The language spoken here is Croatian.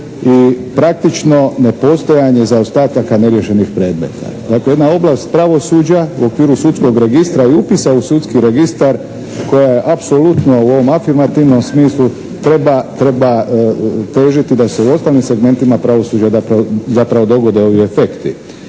i praktično nepostojanje zaostataka neriješenih predmeta. Dakle, jedna oblast pravosuđa u okviru Sudskog registra i upisa u Sudski registar koja je apsolutno u ovom afirmativnom smislu treba težiti da se u osnovnim segmentima pravosuđa zapravo dogode ovi efekti.